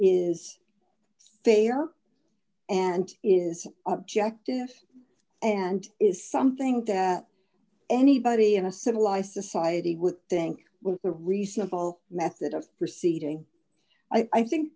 is fair and is objective and is something that anybody in a civilized society with think but the reasonable method of proceeding i think